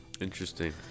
interesting